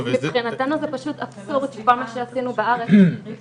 מבחינתנו זה פשוט אבסורד שכל מה שעשינו בארץ --- בברית